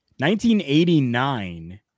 1989